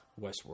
Westworld